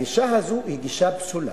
הגישה הזאת היא גישה פסולה,